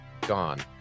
gone